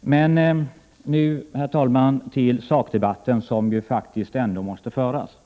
Men nu, herr talman, till den sakdebatt som måste föras.